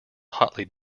hotly